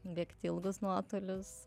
bėgt ilgus nuotolius